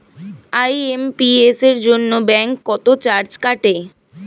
IMPS এর জন্য bank কত চার্জ কাটে?